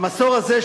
המסור הזה,